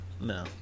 no